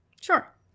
Sure